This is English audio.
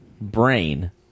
Brain